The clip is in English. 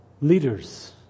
leaders